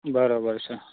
બરોબર છે